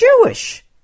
Jewish